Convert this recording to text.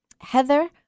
Heather